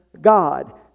God